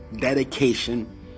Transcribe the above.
dedication